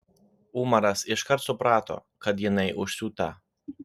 umaras iškart suprato kad jinai užsiūta